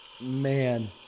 man